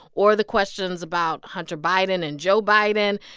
or the questions about hunter biden and joe biden.